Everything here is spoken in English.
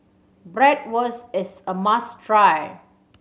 bratwurst is a must try